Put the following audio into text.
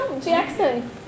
Jackson